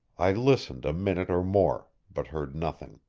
i listened a minute or more, but heard nothing.